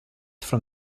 from